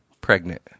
pregnant